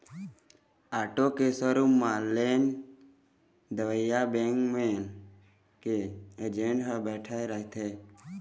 auto के showroom म loan देवइया बेंक मन के एजेंट ह बइठे रहिथे